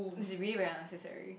he's really very unnecessarily